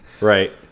Right